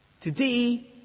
Today